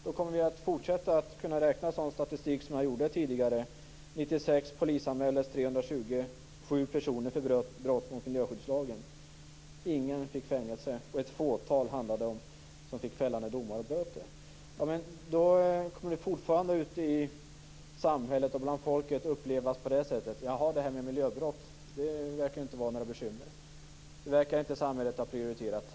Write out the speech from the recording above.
Då kommer vi att kunna fortsätta att räkna sådan statistik som jag gjorde här tidigare: År 1996 polisanmäldes 327 personer för brott mot miljöskyddslagen. Ingen fick fängelse och det handlar om ett fåtal som fick fällande domar och böter. Då kommer det fortfarande ute i samhället och bland folket att upplevas på det här sättet: Jaha, det här med miljöbrott verkar inte vara några bekymmer. Det verkar inte samhället ha prioriterat.